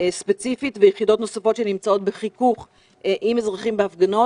ספציפית ויחידות נוספות שנמצאות בחיכוך עם אזרחים בהפגנות.